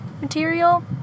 material